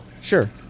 Sure